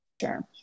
sure